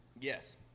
Yes